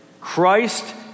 Christ